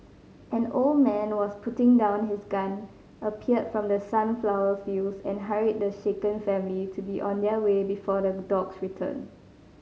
an old man was putting down his gun appeared from the sunflower fields and hurried the shaken family to be on their way before the dogs return